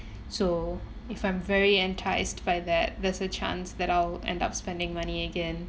so if I'm very enticed by that there's a chance that I'll end up spending money again